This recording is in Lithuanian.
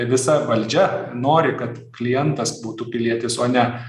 visa valdžia nori kad klientas būtų pilietis o ne